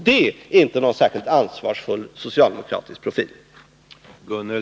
Det är inte någon särskilt ansvarsfull socialdemokratisk profil.